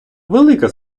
велика